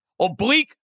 Oblique